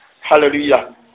Hallelujah